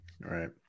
right